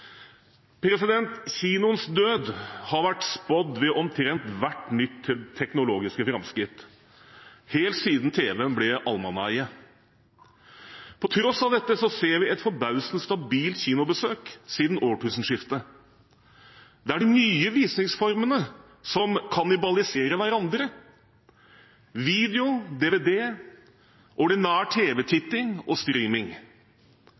Kinoens død har vært spådd ved omtrent hvert nye teknologiske framskritt, helt siden tv-en ble allemannseie. På tross av dette ser vi et forbausende stabilt kinobesøk siden årtusenskiftet. Det er de nye visningsformene som kannibaliserer hverandre – video,